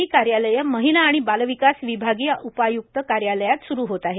ही कार्यालये महिला व बालविकास विभागीय उपायुक्त कार्यालयात सुरू होत आहेत